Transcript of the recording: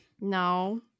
No